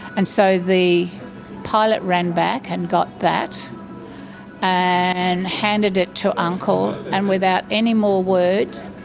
and so the pilot ran back and got that and handed it to uncle, and without any more words